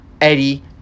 Eddie